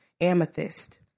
Amethyst